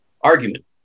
argument